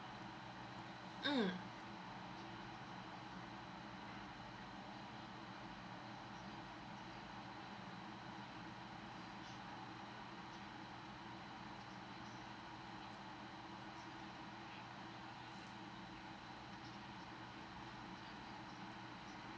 um